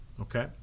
Okay